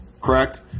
correct